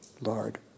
Lord